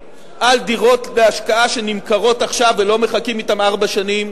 על דירות להשקעה שנמכרות עכשיו ולא מחכים אתן ארבע שנים,